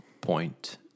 point